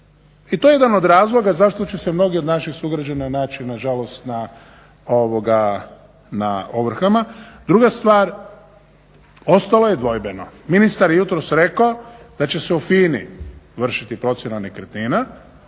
I to je jedan od razloga zašto će se mnogi od naših sugrađana naći nažalost na ovrhama. Druga stvar, ostalo je dvojbeno, ministar je jutros rekao da će se u FINA-i vršiti procjena nekretnina,